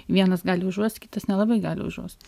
vienas gali užuost kitas nelabai gali užuost